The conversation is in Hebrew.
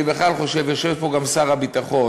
אני בכלל חושב ויושב פה גם שר הביטחון,